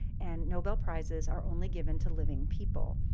and nobel prizes are only given to living people.